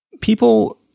people